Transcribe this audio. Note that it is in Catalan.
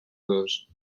dos